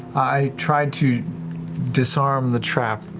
i try to disarm the trap.